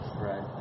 Right